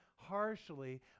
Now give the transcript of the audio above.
Harshly